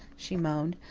she moaned.